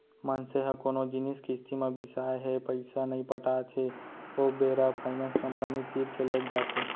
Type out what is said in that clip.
मनसे ह कोनो जिनिस किस्ती म बिसाय हे पइसा नइ पटात हे ओ बेरा फायनेंस कंपनी तीर के लेग जाथे